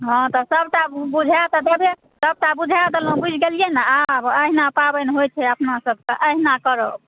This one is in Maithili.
हँ तऽ सबटा बुझाए तऽ देबे सबटा बुझाए देलहुॅं बुझि गेलियै ने आब अहिना पाबनि होइ छै अपना सबके एहिना करब